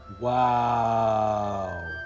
Wow